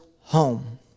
home